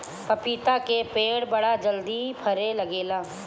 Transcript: पपीता के पेड़ बड़ा जल्दी फरे लागेला